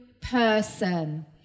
person